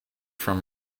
from